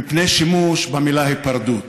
מפני שימוש במילה "היפרדות".